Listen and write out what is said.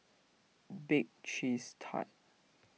Bake Cheese Tart